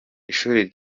ishuri